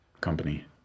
company